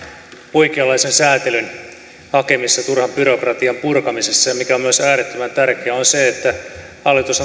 oikeanlaisen sääntelyn hakemisessa turhan byrokratian purkamisessa se mikä on myös äärettömän tärkeää on se että hallitus